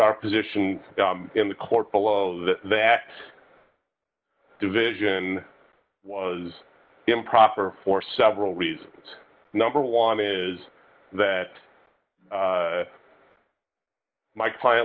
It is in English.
our position in the court below that that division was improper for several reasons number one is that my client